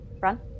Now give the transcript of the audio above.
Run